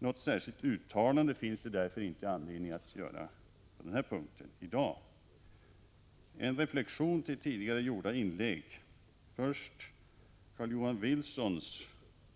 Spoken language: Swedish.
Något särskilt uttalande finns det därför inte anledning att göra på den här punkten i dag. En reflexion till tidigare gjorda inlägg leder mig först till Carl-Johan Wilsons